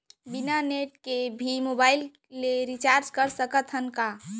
बिना नेट के भी मोबाइल ले रिचार्ज कर सकत हन का?